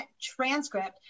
transcript